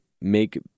make